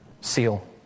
seal